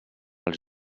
els